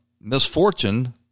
misfortune